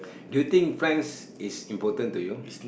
do you think friends is important to you